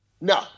No